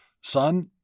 son